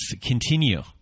Continue